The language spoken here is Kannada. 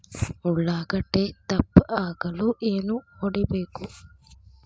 ಉಳ್ಳಾಗಡ್ಡೆ ದಪ್ಪ ಆಗಲು ಏನು ಹೊಡಿಬೇಕು?